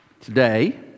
Today